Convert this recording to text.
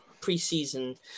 preseason